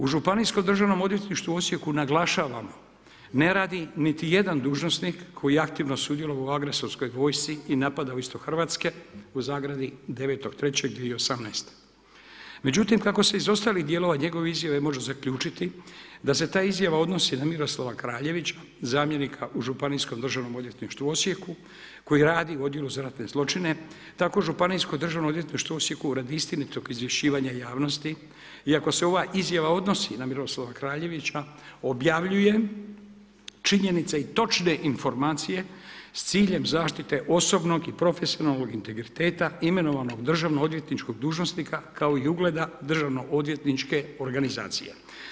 U Županijsko državnom odvjetništvu u Osijeku naglašavamo ne radi niti jedan dužnosnik koji je aktivno sudjelovao u agresorskoj vojsci i napadao istok Hrvatske (9.3.2018.) Međutim, kako se iz ostalih dijelova njegove izjave može zaključiti da se ta izjava odnosi na Miroslava Kraljevića, zamjenika u županijskom državnom odvjetništvu u Osijeku, koji radi u odjelu za ratne zločine, tako županijsko državno odvjetništvo u Osijeku radi istinitog izvješćivanja javnosti, i ako se ova izjava odnosi na Miroslava Kraljevića, objavljujem činjenice i točne informacije s ciljem zaštite osobnog i profesionalnog integriteta imenovanog državno odvjetničkog dužnosnika kao i ugleda državno odvjetničke organizacije.